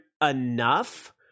enough